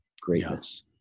greatness